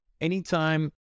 anytime